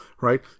Right